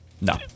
No